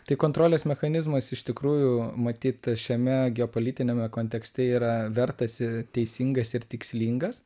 tai kontrolės mechanizmas iš tikrųjų matyt šiame geopolitiniame kontekste yra vertas ir teisingas ir tikslingas